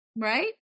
Right